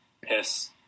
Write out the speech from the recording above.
piss